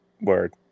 Word